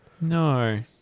No